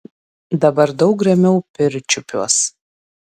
dabar daug ramiau pirčiupiuos